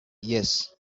yes